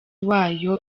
wayo